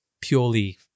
purely